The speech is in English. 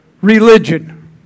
religion